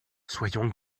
soyons